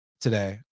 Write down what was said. today